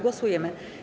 Głosujemy.